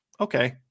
Okay